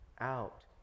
out